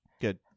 good